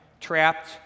trapped